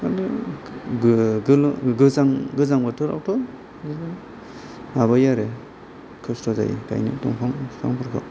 गोजां गोजां बोथोरावथ' माबायो आरो खस्थ जायो गायनो दंफां बिफांफोरखौ